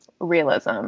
realism